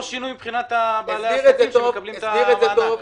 שינוי מבחינת בעלי העסקים שמקבלים את המענק.